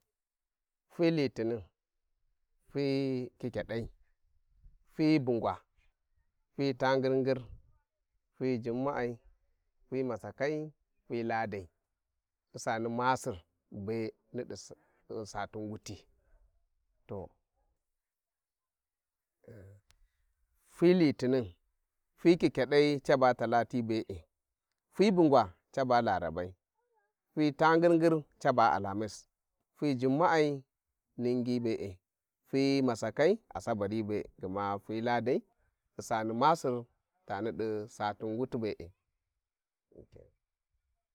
fyi Litinin fyi kyikyadai, fyi bungwa, fyi tangir-ngir, fyi Jumma`a, fyi masakai fyi Ladai, Ussani masir be di satina wuti fyi Litinin, fyi kikyadai, caba talati be`e fyi Bungwa Caba Larabai, fyi Tangir-hgir Caba Alhamis, fyi Juma`a ningi be`e fyi Masakai, Asabari be`e, gma fyi Ladai Ussani masir tanidi satin wuti be.